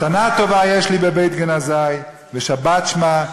מתנה טובה יש לי בבית-גנזי ושבת שמה,